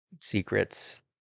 secrets